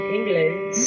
England